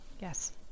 Yes